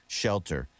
shelter